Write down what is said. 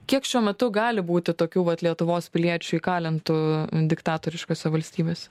kiek šiuo metu gali būti tokių vat lietuvos piliečių įkalintų diktatoriškose valstybėse